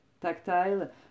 Tactile